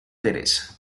teresa